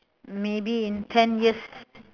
maybe in ten years